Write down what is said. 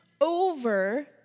over